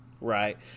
Right